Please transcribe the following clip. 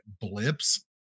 blips